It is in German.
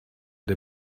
der